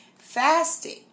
fasting